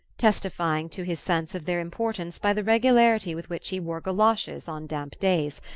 testifying to his sense of their importance by the regularity with which he wore goloshes on damp days,